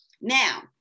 Now